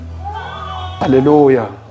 Hallelujah